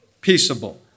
peaceable